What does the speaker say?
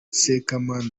sekamana